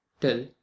till